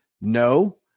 No